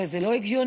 הרי זה לא הגיוני.